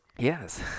Yes